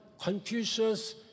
Confucius